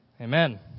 Amen